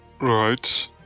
Right